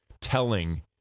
telling